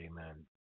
Amen